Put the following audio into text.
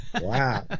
Wow